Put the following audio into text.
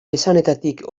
esanetatik